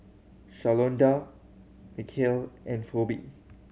Shalonda Mikeal and Phoebe